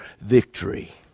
victory